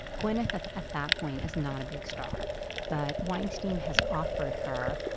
gwyneth at that point is not a big star but weinstein has offered her.